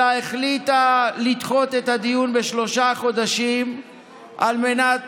אלא החליטה לדחות את הדיון בשלושה חודשים על מנת